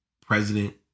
president